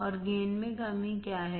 और गेन में कमी क्या है